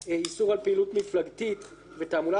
איסור על פעילות מפלגתית ותעמולת בחירות